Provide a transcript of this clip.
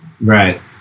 Right